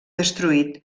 destruït